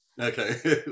Okay